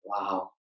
Wow